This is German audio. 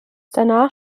danach